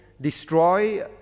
destroy